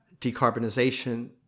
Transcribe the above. decarbonization